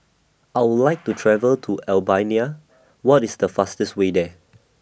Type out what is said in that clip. I Would like to travel to Albania What IS The fastest Way There